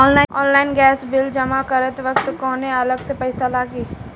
Online gas bill जमा करत वक्त कौने अलग से पईसा लागी?